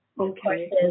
Okay